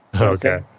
Okay